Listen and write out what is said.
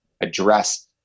address